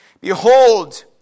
Behold